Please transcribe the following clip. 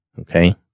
Okay